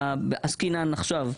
שעסקינן עכשיו.